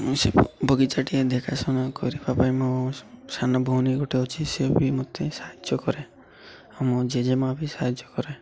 ମୁଁ ସେ ବଗିଚାଟିଏ ଦେଖାସୁଣା କରିବା ପାଇଁ ମୋ ସାନ ଭଉଣୀ ଗୋଟେ ଅଛି ସଏ ବି ମତେ ସାହାଯ୍ୟ କରେ ଆଉ ମୋ ଜେଜେମା ବି ସାହାଯ୍ୟ କରେ